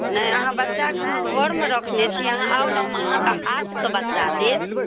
नहि अहाँ बच्चाकेँ हम घरमे रखने छी अहाँ आउ ने हम अहाँके हाथकेँ बच्चा देब